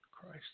Christ